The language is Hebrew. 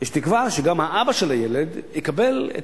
יש תקווה שגם האבא של הילד יקבל את